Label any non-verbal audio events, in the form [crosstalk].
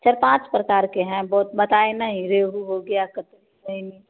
चार पाँच प्रकार के हैं बोत बताए नहीं रोहू हो गया कत [unintelligible]